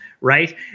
Right